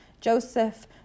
Joseph